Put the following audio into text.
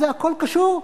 מה זה "הכול קשור"?